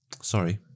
Sorry